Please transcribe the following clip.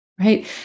right